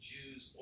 Jews